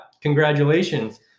congratulations